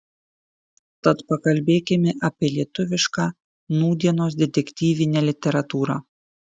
tad pakalbėkime apie lietuvišką nūdienos detektyvinę literatūrą